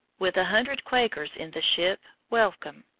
with a hundred quakers in the ship welcome.